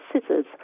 scissors